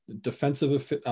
defensive